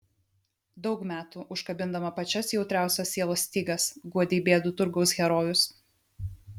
daug metų užkabindama pačias jautriausias sielos stygas guodei bėdų turgaus herojus